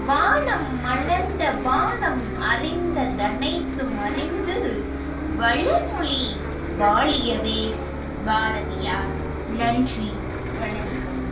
வானம் மளந்த வானம் அறிந்த தனைத்தும் அறிந்து வளர்மொழி வாழியவே பாரதியார் நன்றி வணக்கம்